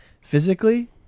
physically